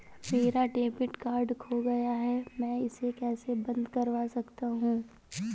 मेरा debit card खो गया है मैं इसे कैसे बंद करवा सकता हूँ?